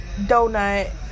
donut